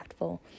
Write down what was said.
impactful